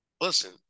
Listen